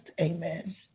Amen